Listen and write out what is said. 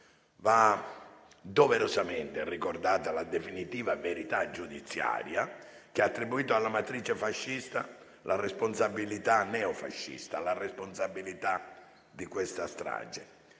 Va doverosamente ricordata la definitiva verità giudiziaria che ha attribuito alla matrice neofascista la responsabilità di questa strage.